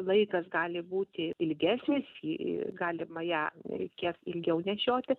laikas gali būti ilgesnis jį galima ją reikės ilgiau nešioti